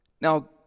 Now